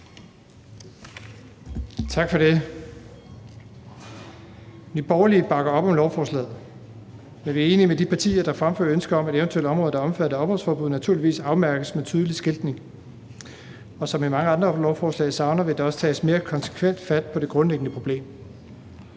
Tak for det. »Nye Borgerlige bakker op om lovforslaget, men vi er enige med de partier, der fremfører ønske om, at eventuelle områder, som er omfattet af opholdsforbud, naturligvis skal afmærkes med tydelig skiltning. Og som i mange andre lovforslag savner vi, at der tages mere konsekvent fat på det grundlæggende problem.«